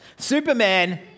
Superman